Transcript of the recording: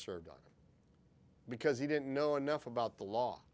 served on because he didn't know enough about the law